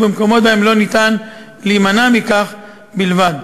ובמקומות שבהם לא ניתן להימנע מכך בלבד.